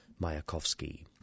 Mayakovsky